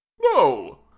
No